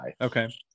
okay